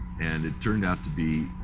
and it turned out to be,